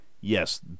Yes